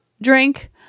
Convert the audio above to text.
drink